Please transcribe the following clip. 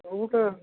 ಊಟ